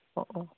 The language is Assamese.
অঁ অঁ